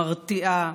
מרתיעה,